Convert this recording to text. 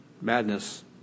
madness